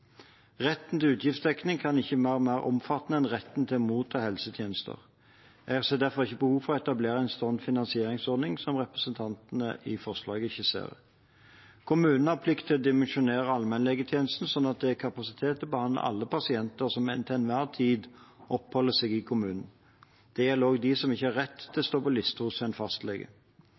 Retten til utgiftsdekning kan ikke være mer omfattende enn retten til å motta helsetjenester. Jeg ser derfor ikke behov for å etablere en slik finansieringsordning som representantene skisserer i forslaget. Kommunen har plikt til å dimensjonere allmennlegetjenesten slik at det er kapasitet til å behandle alle pasienter som til enhver tid oppholder seg i kommunen. Det gjelder også dem som ikke har rett til å stå på liste hos en fastlege.